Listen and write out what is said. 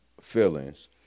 feelings